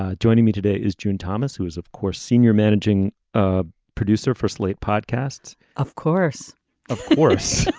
ah joining me today is june thomas who is of course senior managing ah producer for slate podcasts of course of course